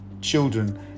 children